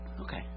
Okay